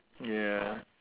ya